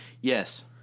Yes